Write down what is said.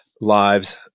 Lives